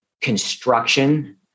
construction